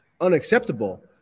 unacceptable